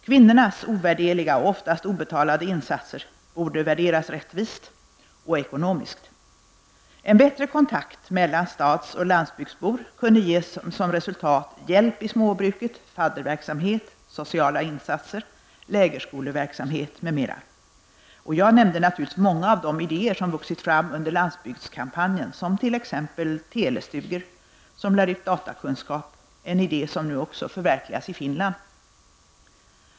Kvinnornas ovärderliga och oftast obetalda insatser borde värderas rättvist och även ekonomiskt. En bättre kontakt mellan stads och landsbygdsbor kunde ge som resultat hjälp i småbruket, fadderverksamhet, sociala insatser, lägerskoleverksamhet, m.m. Jag nämnde naturligtvis många av de idéer som vuxit fram under landsbygdskampanjen, som t.ex. telestugor, som lär ut datakunskap -- en idé som nu också förverkligas i Finland.